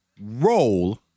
roll